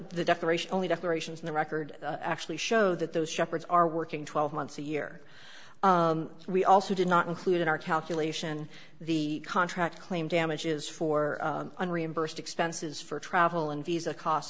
the declaration only declarations on the record actually show that those shepherds are working twelve months a year we also did not include in our calculation the contract claim damages for an reimbursed expenses for travel and visa costs